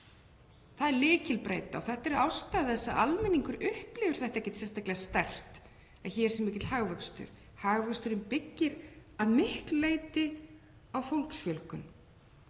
Það er lykilbreyta. Þetta er ástæða þess að almenningur upplifir það ekkert sérstaklega sterkt að hér sé mikill hagvöxtur. Hagvöxturinn byggir að miklu leyti á fólksfjölgun.